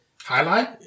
Highlight